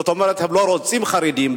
זאת אומרת, הם לא רוצים חרדים.